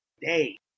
day